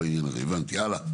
הבנתי, הלאה.